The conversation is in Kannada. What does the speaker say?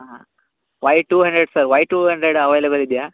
ಹಾಂ Y two hundred sir Y two hundred available ಇದೆಯಾ